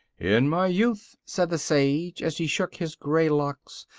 in my youth, said the sage, as he shook his gray locks,